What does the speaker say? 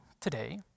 today